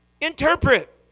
interpret